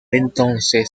entonces